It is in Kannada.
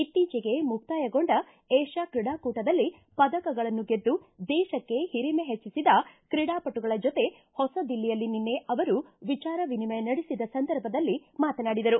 ಇತ್ತೀಚೆಗೆ ಮುಕ್ತಾಯಗೊಂಡ ಏಷ್ಯಾ ಕ್ರೀಡಾಕೂಟದಲ್ಲಿ ಪದಕಗಳನ್ನು ಗೆದ್ದು ದೇಶಕ್ಕೆ ಹಿರಿಮೆ ಹೆಚ್ಚಿಸಿದ ಕ್ರೀಡಾಪಟುಗಳ ಜೊತೆ ಹೊಸ ದಿಲ್ಲಿಯಲ್ಲಿ ನಿನ್ನೆ ಅವರು ವಿಚಾರ ವಿನಿಮಯ ನಡೆಸಿದ ಸಂದರ್ಭದಲ್ಲಿ ಮಾತನಾಡಿದರು